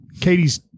Katie's